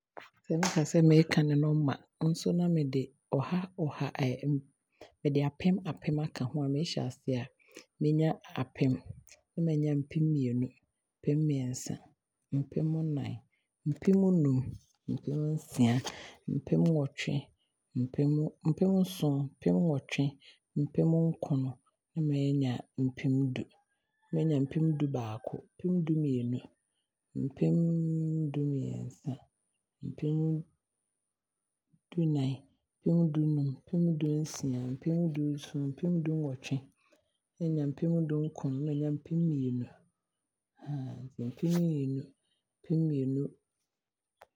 Sɛ mekasɛ meekane nɔma na me de ɔha ɔha mede apem apem aka ho a, meehyɛ aseɛ a mɛnya apem, mpem-mmienu, mpem-mmiɛna, mpem-nnan, mpem -num, mpem-nsia, mpem-nson, mpem-nnwɔtwe, mpem-nkron na maanya mpem du. N maanya mpem du-baako, mpem du-mmienu, mpem du-mmiɛnsa, mpem du-nnan, mpem du-nnum, mpem du-nsia, mpem du-nson, mpem du nnwɔtwe, na manya mpem du nkron na manya mpem mmienu. mpem mmienu.